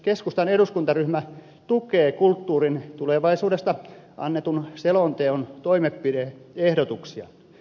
keskustan eduskuntaryhmä tukee kulttuurin tulevaisuudesta annetun selonteon toimenpide ehdotuksia